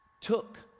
took